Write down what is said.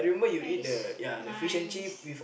hair is nice